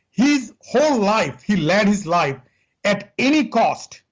his whole life he led his life at any cost,